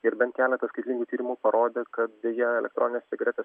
ir bent keleta skirtingų tyrimų parodė kad jie elektronines cigaretes